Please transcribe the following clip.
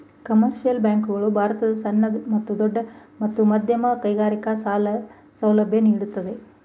commercial bank ಗಳು ಭಾರತದ ಸಣ್ಣ ಮತ್ತು ದೊಡ್ಡ ಮತ್ತು ಮಧ್ಯಮ ಕೈಗಾರಿಕೆ ಸಾಲ ಸೌಲಭ್ಯ ನೀಡುತ್ತದೆ